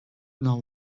now